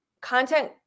content